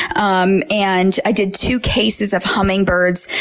um and i did two cases of hummingbirds.